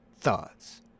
thoughts